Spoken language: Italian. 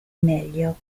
meglio